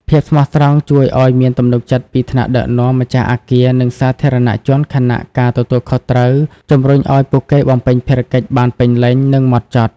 ភាពស្មោះត្រង់ ជួយឲ្យមានទំនុកចិត្តពីថ្នាក់ដឹកនាំ ម្ចាស់អគារ និងសាធារណជន ខណៈការទទួលខុសត្រូវ ជំរុញឲ្យពួកគេបំពេញភារកិច្ចបានពេញលេញ និងម៉ត់ចត់។